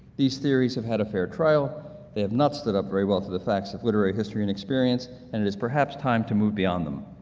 these theories have had a fair trial. they have not stood up very well to the facts of literary history and experience, and it is perhaps time to move beyond them.